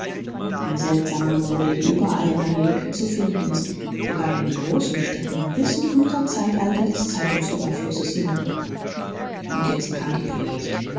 eine seltsame mode die überall in amerika zu finden ist sogar in den großen städten und bis in unser zeitalter des zeitungs überflusses hinein und jetzt kam die predigt